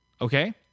Okay